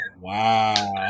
Wow